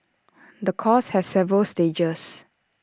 the course has several stages